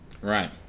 Right